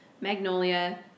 magnolia